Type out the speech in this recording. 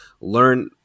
learn